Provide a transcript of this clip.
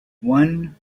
one